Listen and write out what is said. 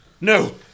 No